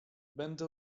będę